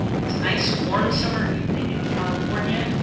it's a nice, warm summer evening in california.